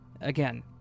Again